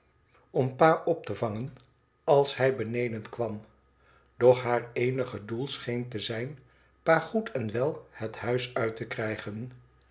om pa op te vangen als hij beneden kwam doch haar eenig doel scheen te zijn pa goed en wel het huis uit te krijgen